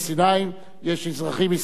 יש אזרחים ישראלים יהודים,